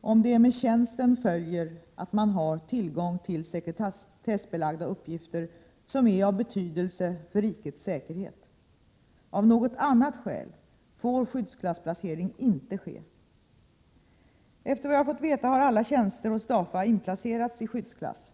om det med tjänsten följer att man har tillgång till sekretessbelagda uppgifter som är av betydelse för rikets säkerhet. Av något annat skäl får skyddsklassplacering inte ske. Efter vad jag har fått veta är alla tjänster hos DAFA inplacerade i skyddsklass.